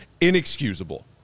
inexcusable